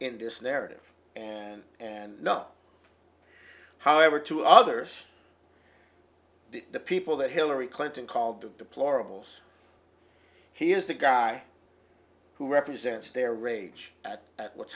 in this narrative and and not however to others the people that hillary clinton called the deplorable zz he is the guy who represents their rage at at what's